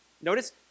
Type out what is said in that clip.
notice